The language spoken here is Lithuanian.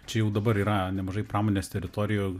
čia jau dabar yra nemažai pramonės teritorijų